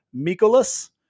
Mikolas